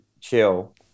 chill